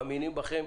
מאמינים בכם,